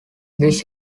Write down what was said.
this